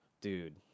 dude